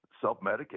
self-medicate